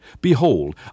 Behold